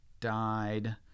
died